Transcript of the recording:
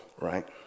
right